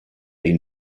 ihn